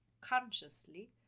consciously